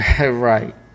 Right